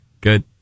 Good